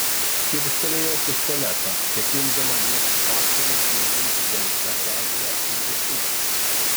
kilstelėjau pistoletą ketindama liepti pastoriui pėdinti dengta perėja į virtuvę